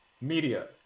media